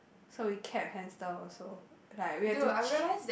so we kept hamster also like we had to chi~